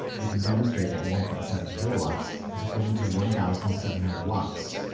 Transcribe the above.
we can demonstrate that one point seven kilowatts is equivalent to one thousand seven hundred watts.